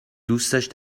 دوستش